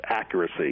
accuracy